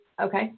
Okay